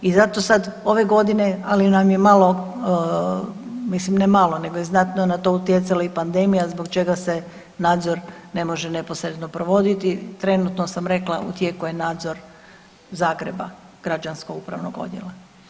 I zato sad ove godine, ali nam je malo, mislim ne malo nego je znatno na to utjecala i pandemija zbog čega se nadzor ne može neposredno provoditi, trenutno sam rekla, u tijeku je nadzor Zagreba, građansko upravnog odjela.